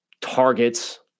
targets